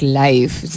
life